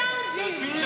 בואי נשמע את התשובה שלה.